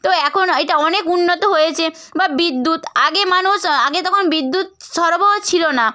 তো এখন এটা অনেক উন্নত হয়েছে বা বিদ্যুৎ আগে মানুষ আগে তখন বিদ্যুৎ ছিল না